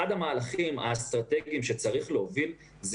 אחד המהלכים האסטרטגיים שצריך להוביל הוא